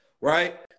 right